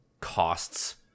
costs